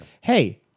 Hey